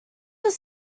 was